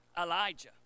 Elijah